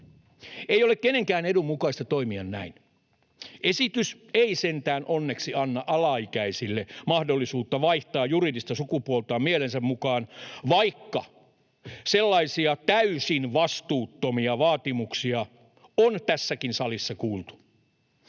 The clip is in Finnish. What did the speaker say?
Ei ole kenenkään edun mukaista toimia näin. Esitys ei sentään onneksi anna alaikäisille mahdollisuutta vaihtaa juridista sukupuoltaan mielensä mukaan, vaikka sellaisia täysin vastuuttomia vaatimuksia on tässäkin salissa kuultu.